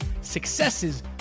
successes